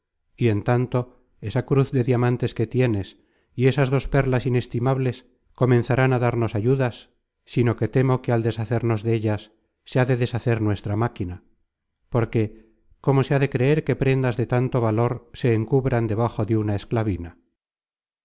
y en tanto esa cruz de diamantes que tienes y esas dos perlas inestimables comenzarán á darnos ayudas sino que temo que al deshacernos dellas se ha de deshacer nuestra máquina porque cómo se ha de creer que prendas de tanto valor se encubran debajo de una esclavina